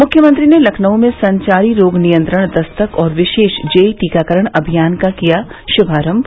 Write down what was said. म्ख्यमंत्री ने लखनऊ में संचारी रोग नियंत्रण दस्तक और विशेष जेई टीकाकरण अभियान का किया श्भारम्भ